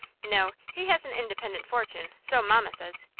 no he has an independent fortune, so mamma says.